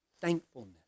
thankfulness